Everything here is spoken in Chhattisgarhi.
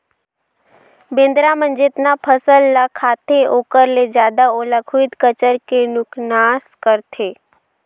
बेंदरा मन जेतना फसल ह खाते ओखर ले जादा ओला खुईद कचर के नुकनास करथे